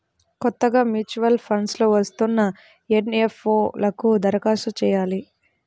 కొత్తగా mutual funds లో వస్తున్న ఎన్.ఎఫ్.ఓ లకు దరఖాస్తు చెయ్యాలి